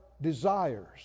desires